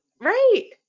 Right